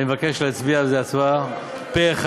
אני מבקש להצביע על זה הצבעה פה-אחד.